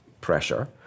pressure